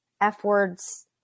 F-words